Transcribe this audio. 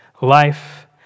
life